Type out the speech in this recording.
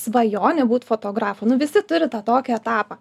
svajonė būt fotografu nu visi turi tą tokį etapą